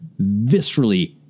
viscerally